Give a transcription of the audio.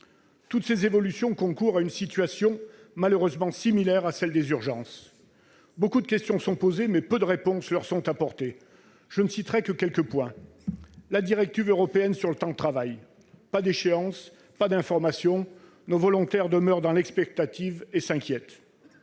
Toutes ces évolutions concourent à une situation malheureusement similaire à celles des urgences. Beaucoup de questions sont posées, mais peu de réponses leur sont apportées. Je n'évoquerai que quelques points. Concernant la directive européenne sur le temps de travail, aucune échéance n'a été donnée et aucune information n'est fournie. Nos volontaires demeurent dans l'expectative et s'inquiètent.